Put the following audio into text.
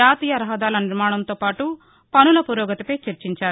జాతీయ రహదారుల నిర్మాణంతో పాటు పసుల పురోగతిపై చర్చించారు